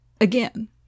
again